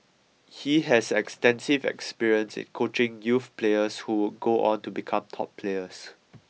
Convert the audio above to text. he has extensive experience in coaching youth players who would go on to become top players